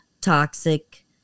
toxic